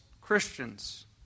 Christians